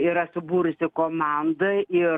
yra subūrusi komandą ir